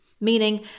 meaning